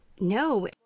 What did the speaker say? No